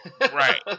Right